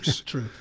True